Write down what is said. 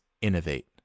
innovate